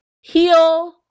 heal